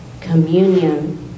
communion